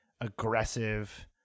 aggressive